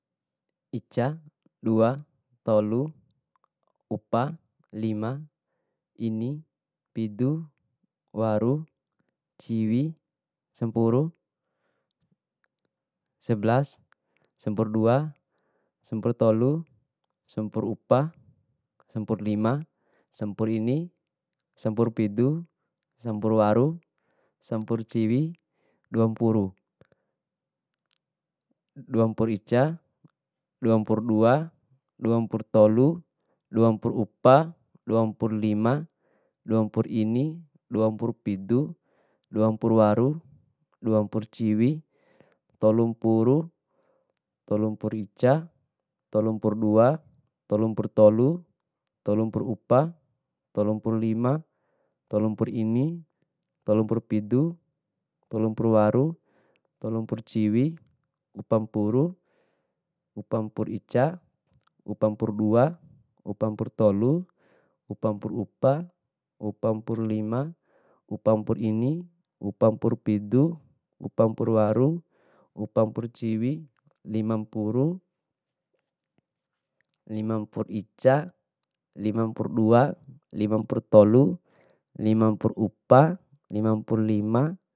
Ica, dua, tolu, upa, lima, ini, pidu, waru, ciwi, sampuru, sebelas, sempuru dua, sempuru tolu, semburu upa, sempuru lima, sempuru ini, sempuru pidu, semburu waru, sempuru ciwi, duampuru, duampuru ica, dumpuru dua, dumpuru tolu, duampuru upa, duampuru lima, duampuru ini, duampuru pidu, dumpuru waru, duampuru ciwi, tolumpuru, tolumpuru ica, tolumpuru dua, tolumpuru tolu, tolumpuru upa, tolumpuru lima, tolumpru ini, tolumpuru pidu, tolumpuru waru, tolumpuru ciwi, upampuru, upampuru ica, upampuru dua, upampuru tolu, upampuru upa, upampuru lima, upampuru ini, upampuru pidu, upampuru waru, upampuru ciwi, limampuru, limampuru ica, limpuru dua, limampuru tolu, limampuru upa, limampuru lima.